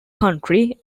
country